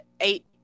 eight